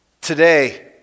today